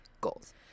Goals